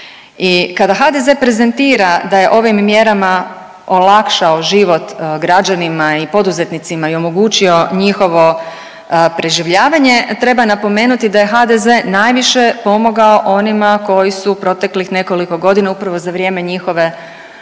kada HDZ prezentira da je ovim mjerama olakšao život građanima i poduzetnicima i omogućio njihovo preživljavanje treba napomenuti da je HDZ najviše pomogao onima koji su proteklih nekoliko godina upravo za vrijeme njihove